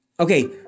Okay